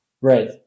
Right